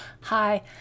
Hi